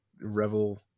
revel